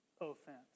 offense